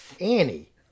Annie